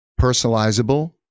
personalizable